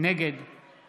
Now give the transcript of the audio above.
נגד